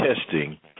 testing